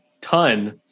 ton